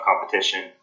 competition